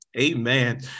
amen